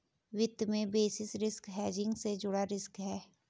वित्त में basis risk hedging से जुड़ा रिस्क है